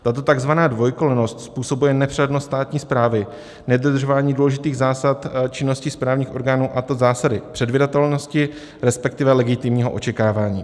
Tato takzvaná dvojkolejnost způsobuje nepřehlednost státní správy, nedodržování důležitých zásad činnosti správních orgánů, a to zásady předvídatelnosti, respektive legitimního očekávání.